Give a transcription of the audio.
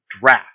draft